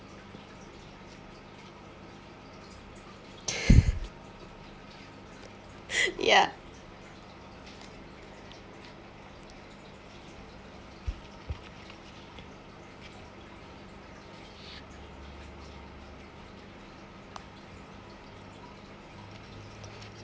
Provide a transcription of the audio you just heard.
ya